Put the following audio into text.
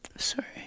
sorry